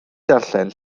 darllen